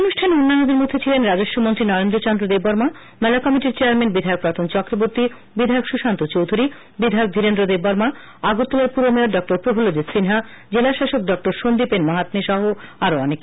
অনুষ্ঠানে অন্যান্যদের মধ্যে ছিলেন রাজস্বমন্ত্রী নরেন্দ্র চন্দ্র দেববর্মা মেলা কমিটির চেয়ারম্যান বিধায়ক রতন চক্রবর্তী বিধায়ক সৃশান্ত চৌধুরী বিধায়ক ধীরেন্দ্র দেববর্মা আগরতলা পুর মেয়র ড প্রফুল্লজিৎ সিনহা জেলাশাসক ডা সঞ্জীব এন মাহাম্মে সহ আরও অনেকে